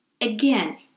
Again